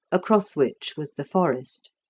across which was the forest.